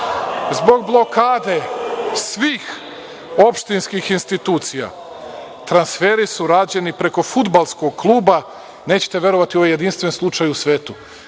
zbog blokade svih opštinskih institucija. Transferi su rađeni preko fudbalskog kluba, nećete verovati, ovo je jedinstven slučaj u svetu.